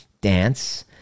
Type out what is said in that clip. dance